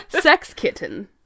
Sex-kitten